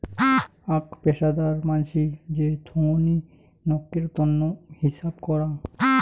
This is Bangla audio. আক পেশাদার মানসি যে থোঙনি নকের তন্ন হিছাব করাং